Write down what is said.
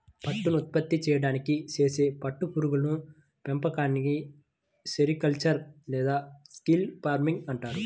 పట్టును ఉత్పత్తి చేయడానికి చేసే పట్టు పురుగుల పెంపకాన్ని సెరికల్చర్ లేదా సిల్క్ ఫార్మింగ్ అంటారు